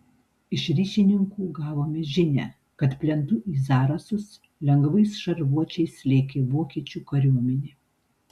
iš ryšininkų gavome žinią kad plentu į zarasus lengvais šarvuočiais lėkė vokiečių kariuomenė